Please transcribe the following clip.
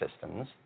systems